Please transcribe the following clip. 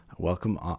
Welcome